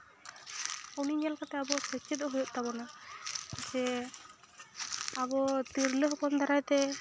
ᱩᱱᱤ ᱧᱮᱞ ᱠᱟᱛᱮ ᱟᱵᱚ ᱥᱮᱪᱮᱫᱚᱜ ᱦᱩᱭᱩᱜ ᱛᱟᱵᱚᱱᱟ ᱡᱮ ᱟᱵᱚ ᱛᱤᱨᱞᱟᱹ ᱦᱚᱯᱚᱱ ᱫᱟᱨᱟᱭᱛᱮ